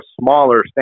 smaller